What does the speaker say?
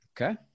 Okay